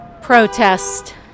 protest